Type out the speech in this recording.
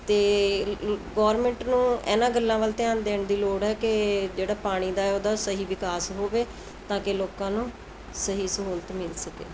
ਅਤੇ ਗੌਰਮਿੰਟ ਨੂੰ ਇਹਨਾਂ ਗੱਲਾਂ ਵੱਲ ਧਿਆਨ ਦੇਣ ਦੀ ਲੋੜ ਹੈ ਕਿ ਜਿਹੜਾ ਪਾਣੀ ਦਾ ਉਹਦਾ ਸਹੀ ਵਿਕਾਸ ਹੋਵੇ ਤਾਂ ਕਿ ਲੋਕਾਂ ਨੂੰ ਸਹੀ ਸਹੂਲਤ ਮਿਲ ਸਕੇ